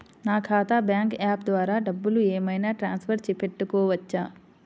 నా ఖాతా bank app ద్వారా డబ్బులు ఏమైనా ట్రాన్స్ఫర్ పెట్టుకోవచ్చా?